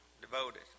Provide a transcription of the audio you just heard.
devoted